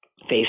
face